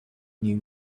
new